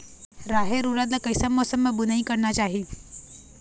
रहेर उरद ला कैसन मौसम मा बुनई करना चाही?